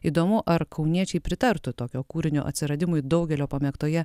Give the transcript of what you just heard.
įdomu ar kauniečiai pritartų tokio kūrinio atsiradimui daugelio pamėgtoje